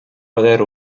poder